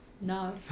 No